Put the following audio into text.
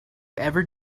ever